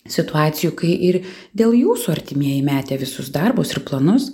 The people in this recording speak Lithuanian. situacijų kai ir dėl jūsų artimieji metė visus darbus ir planus